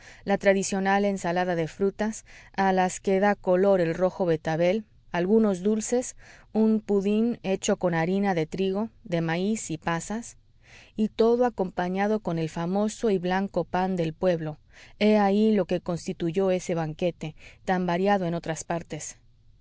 la tradicional ensalada de frutas a las que da color el rojo betabel algunos dulces un puding hecho con harina de trigo de maíz y pasas y todo acompañado con el famoso y blanco pan del pueblo he ahí lo que constituyó ese banquete tan variado en otras partes